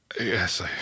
Yes